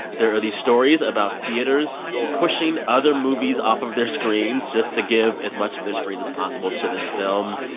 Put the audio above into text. there are these stories about theaters pushing other movies off of their screens just to give as much of their screens as possible to this film.